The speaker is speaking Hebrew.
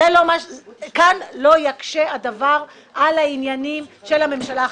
כאן לא יקשה הדבר על העניינים של הממשלה החדשה.